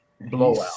Blowout